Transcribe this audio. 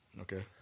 Okay